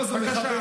זה מחבל.